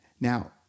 now